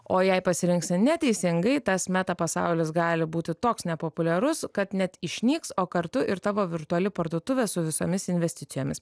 o jei pasirinksi neteisingai tas meta pasaulis gali būti toks nepopuliarus kad net išnyks o kartu ir tavo virtuali parduotuvė su visomis investicijomis